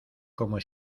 como